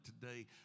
today